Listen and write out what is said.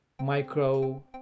micro